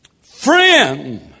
friend